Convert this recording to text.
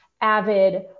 avid